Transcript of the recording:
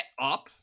up